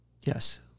yes